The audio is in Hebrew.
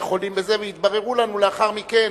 והתברר לנו לאחר מכן